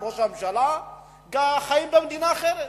וראש הממשלה חיים במדינה אחרת?